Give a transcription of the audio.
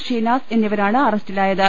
ഷിനാസ് എന്നിവരാണ് അറസ്റ്റിയിലായത്